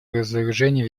разоружению